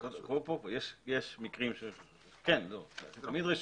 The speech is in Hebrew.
זה תמיד רשות.